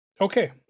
Okay